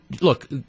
look